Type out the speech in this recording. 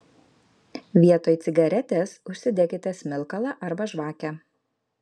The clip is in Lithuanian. vietoj cigaretės užsidekite smilkalą arba žvakę